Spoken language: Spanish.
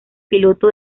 piloto